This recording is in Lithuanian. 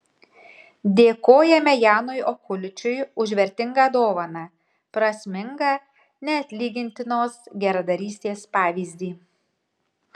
dėkojame janui okuličiui už vertingą dovaną prasmingą neatlygintinos geradarystės pavyzdį